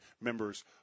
members